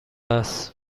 است